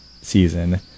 season